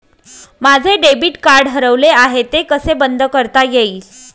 माझे debit card हरवले आहे ते कसे बंद करता येईल?